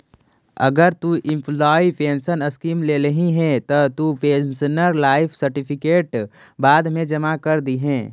अगर तु employee pension scheme लेल्ही हे त तु पेंशनर लाइफ सर्टिफिकेट बाद मे जमा कर दिहें